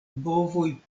bovoj